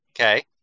Okay